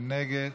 מי נגד?